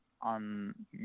on